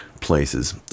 places